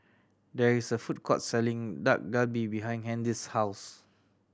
there is a food court selling Dak Galbi behind Handy's house